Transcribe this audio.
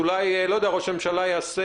אולי ראש הממשלה יעשה